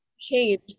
change